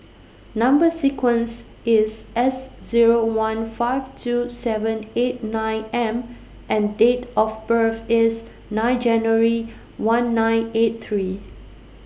Number sequence IS S Zero one five two seven eight nine M and Date of birth IS nine January one nine eight three